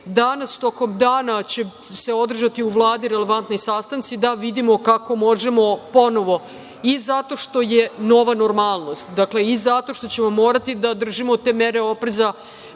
danas tokom dana će se održati u Vladi relevantni sastanci, da vidimo kako možemo ponovo i zato što je nova normalnost, dakle i zato što ćemo morati da držimo te mere opreza.